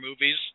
movies